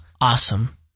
awesome